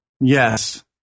yes